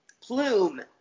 Plume